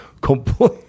complete